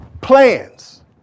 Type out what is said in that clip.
plans